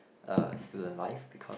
uh student life because